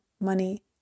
money